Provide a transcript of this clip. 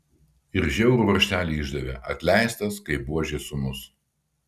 ir žiaurų raštelį išdavė atleistas kaip buožės sūnus